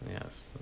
yes